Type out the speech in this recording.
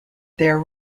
their